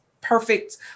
perfect